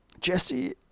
Jesse